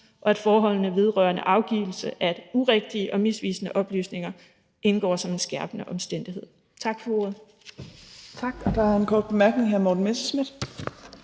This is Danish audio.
og at forholdene vedrørende afgivelse af urigtige og misvisende oplysninger indgår som en skærpende omstændighed. Tak for ordet.